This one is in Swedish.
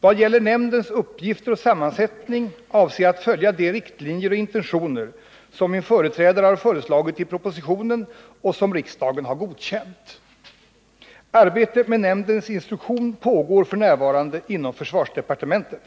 Vad gäller nämndens uppgifter och sammansättning avser jag att följa de riktlinjer och intentioner som min företrädare har föreslagit i propositionen och som riksdagen har godkänt . Arbete med nämndens instruktion pågår f. n. inom försvarsdepartementet.